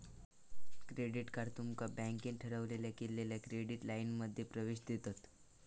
credit card तुमका बँकेन ठरवलेल्या केलेल्या क्रेडिट लाइनमध्ये प्रवेश देतत